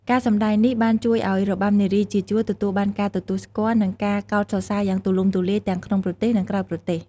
ការសម្តែងនេះបានជួយឱ្យរបាំនារីជាជួរទទួលបានការទទួលស្គាល់ និងការកោតសរសើរយ៉ាងទូលំទូលាយ ទាំងក្នុងប្រទេស និងក្រៅប្រទេស។